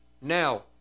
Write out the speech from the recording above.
now